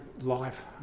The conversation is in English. life